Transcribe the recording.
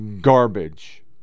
garbage